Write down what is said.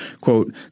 quote